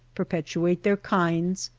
perpetuate their kinds,